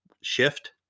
shift